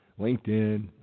LinkedIn